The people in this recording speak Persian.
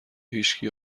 هیچکی